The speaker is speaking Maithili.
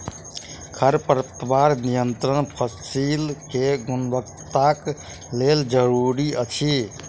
खरपतवार नियंत्रण फसील के गुणवत्ताक लेल जरूरी अछि